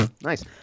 nice